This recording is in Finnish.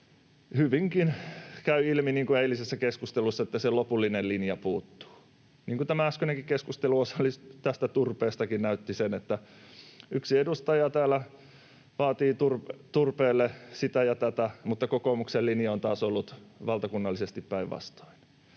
hyvinkin käy ilmi, niin kuin edellisessä keskustelussa, että se lopullinen linja puuttuu, niin kuin tämä äskeinenkin keskustelu turpeesta näytti sen, että yksi edustaja täällä vaatii turpeelle sitä ja tätä, mutta kokoomuksen linja taas on ollut valtakunnallisesti päinvastoin.